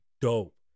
dope